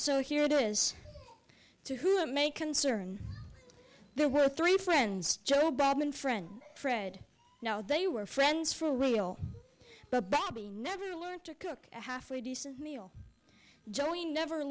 so here do is to make concern there were three friends joe bob and friend fred they were friends for real but bobby never learned to cook a halfway decent meal joey never